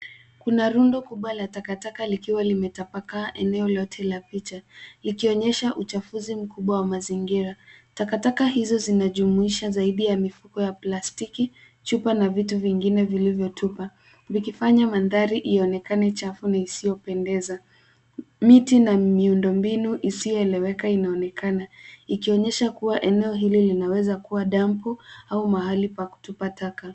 Kuna rundo kubwa la takataka likiwa limetapakaa eneo lote la picha, likionyesha uchafuzi mkubwa wa mazingira. Takataka hizo zinajumuisha zaidi ya mifuko wa plastiki, chupa na vitu vingine vilivyotupa, vikifanya mandhari ionekane chafu na isiyopendeza. Miti na miundo mbinu isiyoeleweka inaonekana, ikionyesha kuwa eneo hili linaweza kuwa dampu au mahali pakutupa taka.